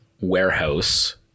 warehouse